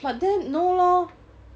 but there no lor